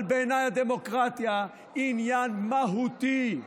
אבל בעיניי הדמוקרטיה היא עניין מהותי,